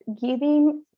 giving